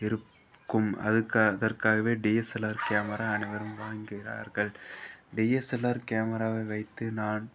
இருக்கும் அதுக்கு அதற்காகவே டிஎஸ்எல்ஆர் கேமரா அனைவரும் வாங்குகிறார்கள் டிஎஸ்எல்ஆர் கேமராவை வைத்து நான்